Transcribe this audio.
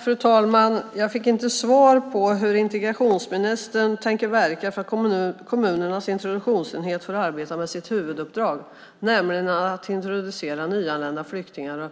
Fru talman! Jag fick inte svar på hur integrationsministern tänker verka för att kommunernas introduktionsenheter ska få arbeta med sitt huvuduppdrag, nämligen att introducera nyanlända flyktingar